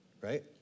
right